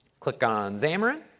click on xamarin,